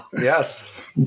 Yes